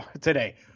today